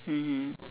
mmhmm